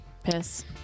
Piss